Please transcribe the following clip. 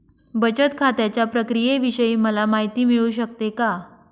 बचत खात्याच्या प्रक्रियेविषयी मला माहिती मिळू शकते का?